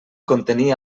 contenir